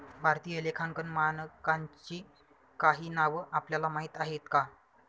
भारतीय लेखांकन मानकांची काही नावं आपल्याला माहीत आहेत का?